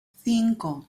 cinco